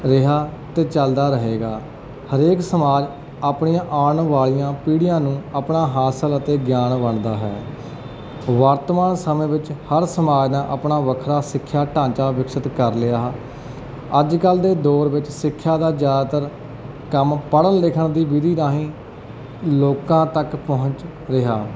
ਰਿਹਾ ਅਤੇ ਚੱਲਦਾ ਰਹੇਗਾ ਹਰੇਕ ਸਮਾਜ ਆਪਣੀਆਂ ਆਉਣ ਵਾਲੀਆਂ ਪੀੜ੍ਹੀਆਂ ਨੂੰ ਆਪਣਾ ਹਾਸਲ ਅਤੇ ਗਿਆਨ ਵੰਡਦਾ ਹੈ ਵਰਤਮਾਨ ਸਮੇਂ ਵਿੱਚ ਹਰ ਸਮਾਜ ਦਾ ਆਪਣਾ ਵੱਖਰਾ ਸਿੱਖਿਆ ਢਾਂਚਾ ਵਿਕਸਿਤ ਕਰ ਲਿਆ ਅੱਜ ਕੱਲ੍ਹ ਦੇ ਦੌਰ ਵਿੱਚ ਸਿੱਖਿਆ ਦਾ ਜ਼ਿਆਦਾਤਰ ਕੰਮ ਪੜ੍ਹਨ ਲਿਖਣ ਦੀ ਵਿਧੀ ਰਾਹੀਂ ਲੋਕਾਂ ਤੱਕ ਪਹੁੰਚ ਰਿਹਾ